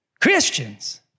Christians